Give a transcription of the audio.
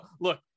look